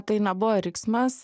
tai nebuvo riksmas